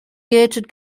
gated